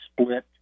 split